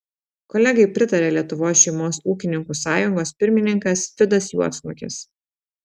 kolegai pritarė lietuvos šeimos ūkininkų sąjungos pirmininkas vidas juodsnukis